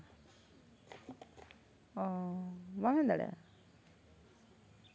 ᱚ ᱵᱟᱢ ᱦᱮᱡ ᱫᱟᱲᱮᱭᱟᱜᱼᱟ